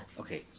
okay.